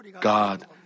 God